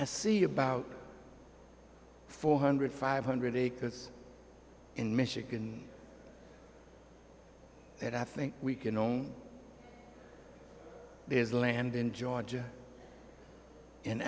see about four hundred five hundred acres in michigan and i think we can own there's land in georgia in